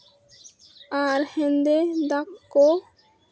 ᱟᱨ ᱦᱮᱸᱫᱮ ᱫᱟᱜᱽ ᱠᱚ